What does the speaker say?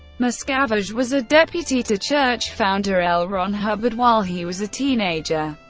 miscavige was a deputy to church founder l. ron hubbard while he was a teenager.